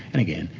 and again,